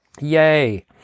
Yay